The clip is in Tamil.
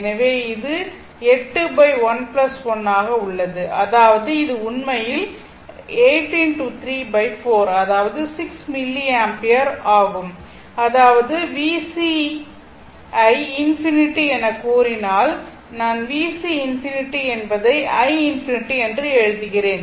எனவே இது 811 ஆக உள்ளது அதாவது இது உண்மையில் 4 அதாவது 6 மில்லி ஆம்பியர் ஆகும் அதாவது VC ஐ ∞ எனக் கூறினால் நான் VC ∞ என்பதை i ∞ என்று எழுதுகிறேன்